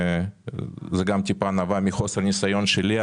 וזה גם נבע קצת מחוסר הניסיון שלי,